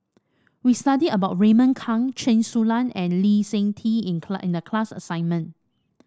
we studied about Raymond Kang Chen Su Lan and Lee Seng Tee in in the class assignment